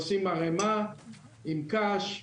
עושים ערימה עם קש,